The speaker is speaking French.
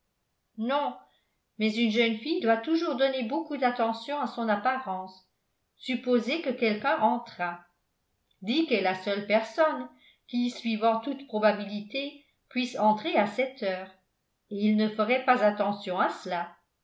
non mais une jeune fille doit toujours donner beaucoup d'attention à son apparence supposez que quelqu'un entrât dick est la seule personne qui suivant toute probabilité puisse entrer à cette heure et il ne ferait pas attention à cela